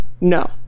No